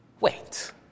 Wait